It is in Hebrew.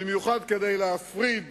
במיוחד כדי להפריד